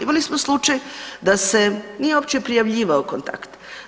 Imali smo slučaj da se nije uopće prijavljivao kontakt.